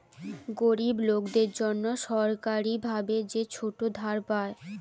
গরিব লোকদের জন্যে সরকারি ভাবে যে ছোট ধার পায়